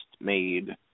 made